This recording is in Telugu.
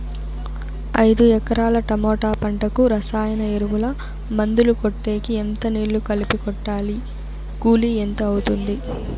ఐదు ఎకరాల టమోటా పంటకు రసాయన ఎరువుల, మందులు కొట్టేకి ఎంత నీళ్లు కలిపి కొట్టాలి? కూలీ ఎంత అవుతుంది?